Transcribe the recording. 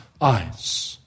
eyes